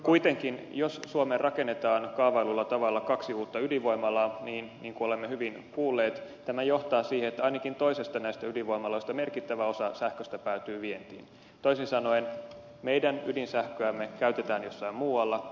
kuitenkin jos suomeen rakennetaan kaavaillulla tavalla kaksi uutta ydinvoimalaa niin kuten olemme hyvin kuulleet tämä johtaa siihen että ainakin toisesta näistä ydinvoimaloista merkittävä osa sähköstä päätyy vientiin toisin sanoen meidän ydinsähköämme käytetään jossain muualla